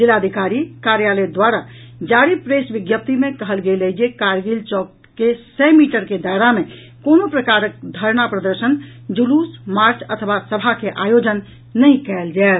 जिलाधिकारी कार्यालय द्वारा जारी प्रेस विज्ञप्ति मे कहल गेल अछि जे करगिल चौक के सय मीटर के दायरा मे कोनो प्रकाक धरना प्रदर्शन जुलूस मार्च अथवा सभा के आयोजन नहिं कयल जायत